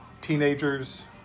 teenagers